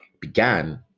began